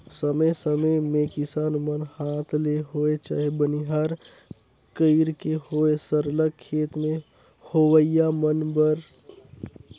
समे समे में किसान मन हांथ ले होए चहे बनिहार कइर के होए सरलग खेत में होवइया बन मन ल निंदवाथें घलो